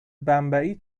بمبئی